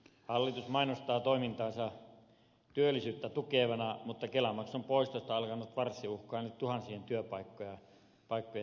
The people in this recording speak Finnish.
hallitus mainostaa toimintaansa työllisyyttä tukevana mutta kelamaksun poistosta alkanut farssi uhkaa nyt tuhansien työpaikkojen olemassaoloa